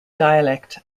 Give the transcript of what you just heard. dialect